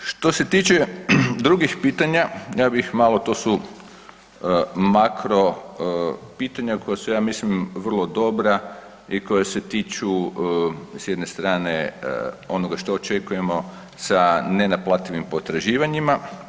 Što se tiče drugih pitanja ja bih malo, to su makro pitanja koja su ja mislim vrlo dobra i koja se tiču s jedne strane onoga šta očekujemo sa nenaplativim potraživanjima.